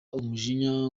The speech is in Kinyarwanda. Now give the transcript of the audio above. umujinya